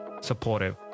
supportive